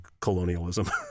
colonialism